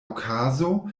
okazo